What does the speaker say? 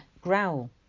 growl